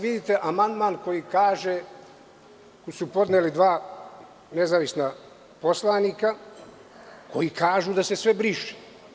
Vidite sad amandman koji su podneli dva nezavisna poslanika, koji kažu da se sve briše.